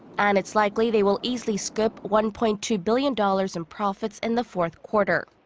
and it's likely they will easily scoop one-point-two billion dollars in profits in the fourth quarter.